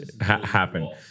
happen